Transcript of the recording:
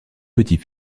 petit